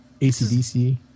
acdc